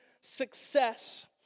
success